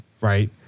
right